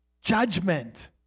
judgment